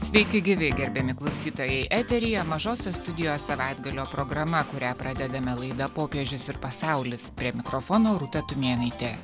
sveiki gyvi gerbiami klausytojai eteryje mažosios studijos savaitgalio programa kurią pradedame laida popiežius ir pasaulis prie mikrofono rūta tumėnaitė